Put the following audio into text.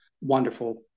wonderful